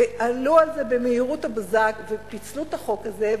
עלו על זה במהירות הבזק ופיצלו את החוק הזה,